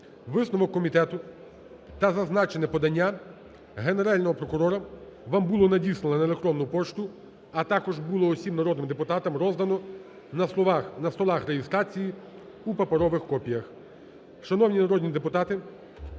Висновок комітету та зазначене подання Генерального прокурора вам було надіслано на електронну пошту, а також було усім народним депутатам роздано на столах реєстрації у паперових копіях.